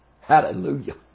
Hallelujah